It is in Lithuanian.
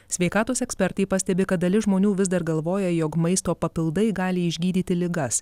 sveikatos ekspertai pastebi kad dalis žmonių vis dar galvoja jog maisto papildai gali išgydyti ligas